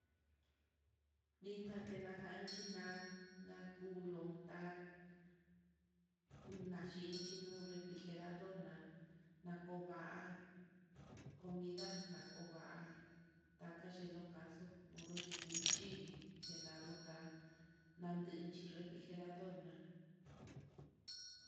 Vixna tenajanchí, na na kulonta'a naxhinchi no refri or, na nakova'a comida nakova'a kayelo kaxo. noyuu ndekuchivii, xhinalonta nadinchi refri or na'a.